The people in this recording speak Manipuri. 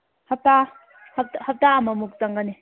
ꯍꯞꯇꯥ ꯍꯞꯇꯥ ꯑꯃꯃꯨꯛ ꯆꯪꯉꯅꯤ